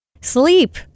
Sleep